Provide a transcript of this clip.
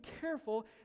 careful